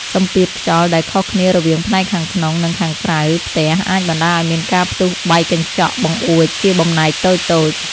សម្ពាធខ្យល់ដែលខុសគ្នារវាងផ្នែកខាងក្នុង និងខាងក្រៅផ្ទះអាចបណ្តាលឱ្យមានការផ្ទុះបែកកញ្ចក់បង្អួចជាបំណែកតូចៗ។